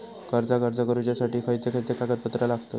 कर्जाक अर्ज करुच्यासाठी खयचे खयचे कागदपत्र लागतत